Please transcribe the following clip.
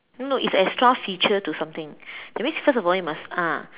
no it's extra feature to something that means first of all you must ah